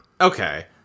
okay